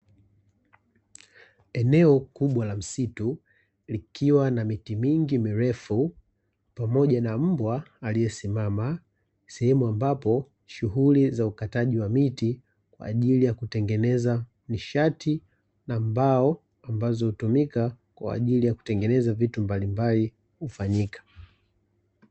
Eneo kubwa la msitu, likiwa na miti mingi mirefu, pamoja na mbwa aliyesimama, sehemu ambapo shughuli za ukataji wa miti kwa ajili ya kutengeneza nishati na mbao ambazo hutumika kwa ajili ya kutengeneza vitu mbalimbali kufanyika.